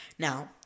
Now